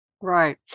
Right